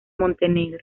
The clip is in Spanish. montenegro